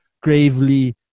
gravely